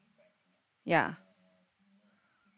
ya